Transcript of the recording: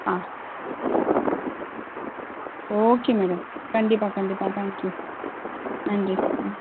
ஆ okay madam கண்டிப்பாக கண்டிப்பாக thank you நன்றி ம்